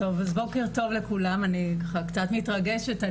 טוב לכולם, אני קצת מתרגשת.